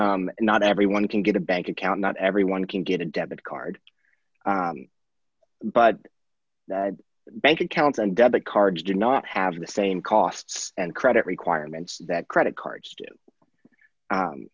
not everyone can get a bank account not everyone can get a debit card but bank accounts and debit cards do not have the same costs and credit requirements that credit cards do